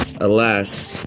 alas